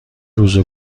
روز